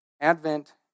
Advent